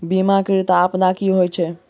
बीमाकृत आपदा की होइत छैक?